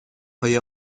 های